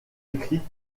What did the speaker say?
écrite